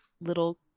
little